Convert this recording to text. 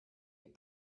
est